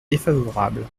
défavorable